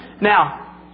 Now